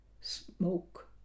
smoke